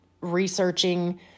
researching